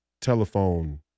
telephone